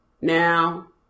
Now